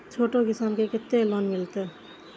छोट किसान के कतेक लोन मिलते?